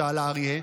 שאל האריה.